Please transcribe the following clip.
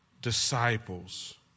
disciples